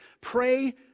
pray